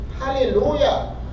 Hallelujah